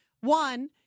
One